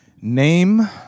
Name